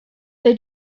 they